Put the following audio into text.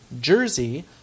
Jersey